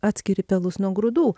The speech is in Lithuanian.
atskiri pelus nuo grūdų